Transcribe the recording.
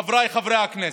חבריי חברי הכנסת: